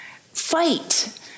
fight